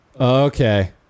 Okay